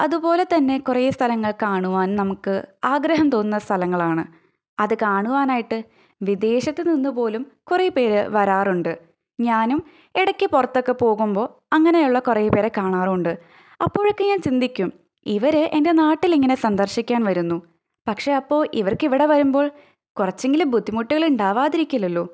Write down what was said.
അതുപോലെത്തന്നെ കുറെ സ്ഥലങ്ങൾ കാണുവാനും നമുക്ക് ആഗ്രഹം തോന്നുന്ന സ്ഥലങ്ങളാണ് അത് കാണുവാനായിട്ട് വിദേശത്ത്നിന്ന് പോലും കുറെ പേർ വരാറുണ്ട് ഞാനും എടക്ക് പുറത്തൊക്കെ പോകുമ്പോൾ അങ്ങനെയുള്ള കുറെ പേരെ കാണാറുണ്ട് അപ്പോഴൊക്കെ ഞാൻ ചിന്തിക്കും ഇവർ എന്റെ നാട്ടിലിങ്ങനെ സന്ദർശിക്കാൻ വരുന്നു പക്ഷേ അപ്പോൾ ഇവർക്കിവിടെ വരുമ്പോൾ കുറച്ചെങ്കിലും ബുദ്ധിമുട്ടുകൾ ഉണ്ടാവാതിരിക്കില്ലല്ലോ